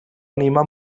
anima